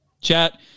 Chat